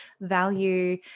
value